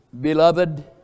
beloved